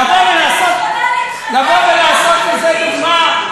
לבוא ולעשות מזה דוגמה,